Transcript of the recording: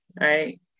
Right